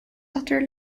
after